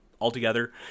altogether